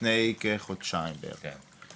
לפני כחודשיים בערך.